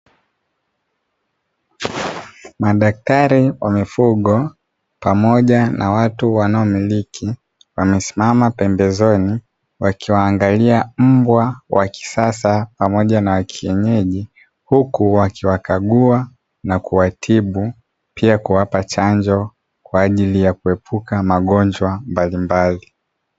Madaktari wa mifugo pamoja na watu wanaomiliki, to wamesimama pembezoni wakiwaangalia mbwa wa kisasa pamoja na wakienyeji, huku wakiwakagua na kuwatibu pia kuwapa chanjo kwa ajili ya kuepuka magonjwa mbalimbali.